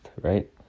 right